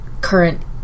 current